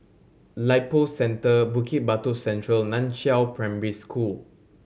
Lippo Centre Bukit Batok Central Nan Chiau Primary School